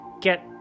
get